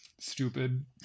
stupid